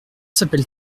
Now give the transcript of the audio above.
s’appelle